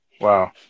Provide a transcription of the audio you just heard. Wow